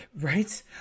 right